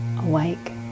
awake